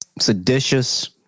Seditious